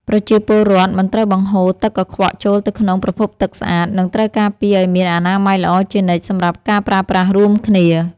ប្រជាពលរដ្ឋមិនត្រូវបង្ហូរទឹកកខ្វក់ចូលទៅក្នុងប្រភពទឹកស្អាត និងត្រូវការពារឱ្យមានអនាម័យល្អជានិច្ចសម្រាប់ការប្រើប្រាស់រួមគ្នា។